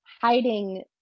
hiding